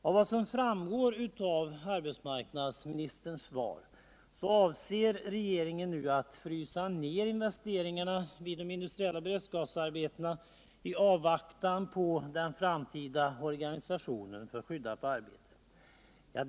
Av vad som framgår av arbetsmarknadsministerns svar avser regeringen alt frysa ner investeringarna vid de industriella beredskapsarbetena i avvaktan på den framtida organisationen för skyddat arbete.